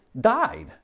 died